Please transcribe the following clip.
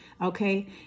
okay